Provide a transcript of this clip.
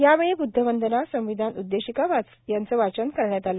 यावेळी ब्द्ध वंदना संविधान उद्देशिका वाचन करण्यात आलं